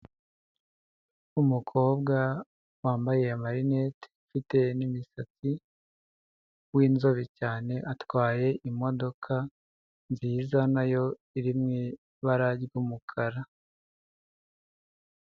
Umukobwa wambaye amarineti ufite n'imisatsi, w'inzobe cyane atwaye imodoka nziza nayo iri mu ibara ry'umukara.